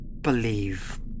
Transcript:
believe